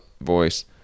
voice